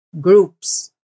groups